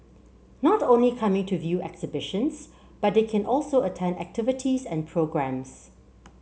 not only coming to view exhibitions but they can also attend activities and programmes